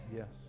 Yes